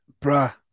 bruh